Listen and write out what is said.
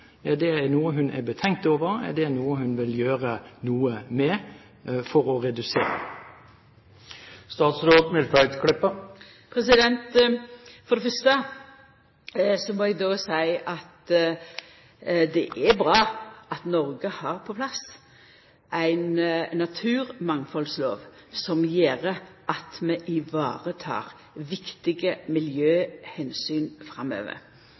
Er det noe hun er betenkt over? Er det noe hun vil gjøre noe med? For det fyrste må eg seia at det er bra at Noreg har fått på plass ei naturmangfaldslov som gjer at vi tek vare på viktige miljøomsyn framover.